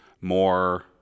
more